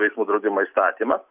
veiksmų draudima įstatymą